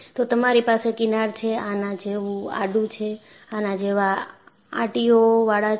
તો તમારી પાસે કિનાર છે આના જેવું આડુ છે આના જેવા આંટીઓ વાળા છે